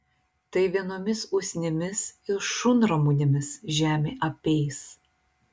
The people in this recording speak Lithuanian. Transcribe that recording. tai vienomis usnimis ir šunramunėmis žemė apeis